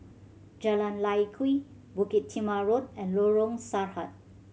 Jalan Lye Kwee Bukit Timah Road and Lorong Sarhad